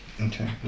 Okay